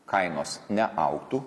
kainos neaugtų